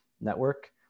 network